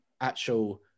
actual